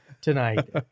tonight